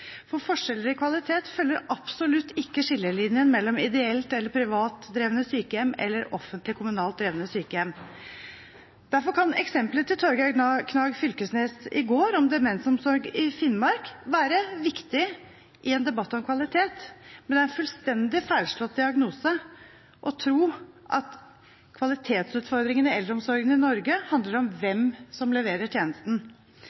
For forskjeller i kvalitet følger absolutt ikke skillelinjen mellom ideelt eller privat drevne sykehjem og offentlige, kommunalt drevne sykehjem. Derfor kan eksemplet til Torgeir Knag Fylkesnes i går om demensomsorg i Finnmark være viktig i en debatt om kvalitet, men det er en fullstendig feilslått diagnose å tro at kvalitetsutfordringene i eldreomsorgen i Norge handler om hvem som leverer tjenesten.